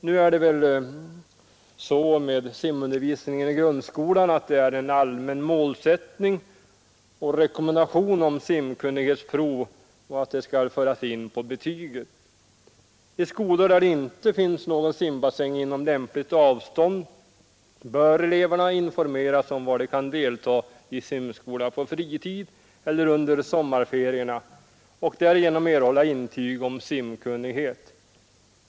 Nu är det väl så med simundervisningen i grundskolan att det är en allmän målsättning och rekommendation om simkunnighetsprov och att detta skall föras in på betyget. I skolor där det inte finns någon simbassäng inom lämpligt avstånd bör eleverna informeras om var de kan deltaga i simskola på fritid eller under sommarferierna och därigenom erhålla intyg om simkunnighet.